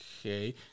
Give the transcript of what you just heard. Okay